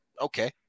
okay